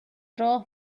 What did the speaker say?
راه